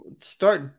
Start